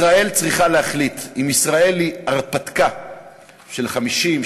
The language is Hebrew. ישראל צריכה להחליט אם ישראל היא הרפתקה של 50,